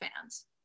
Fans